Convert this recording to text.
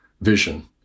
vision